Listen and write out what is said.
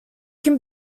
can